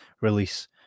release